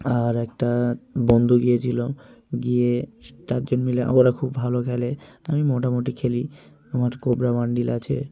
আর একটা বন্ধু গিয়েছিল গিয়ে চার জন মিলে ওরা খুব ভালো খেলে আমি মোটামুটি খেলি আমার কোবরা বান্ডিল আছে